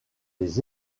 les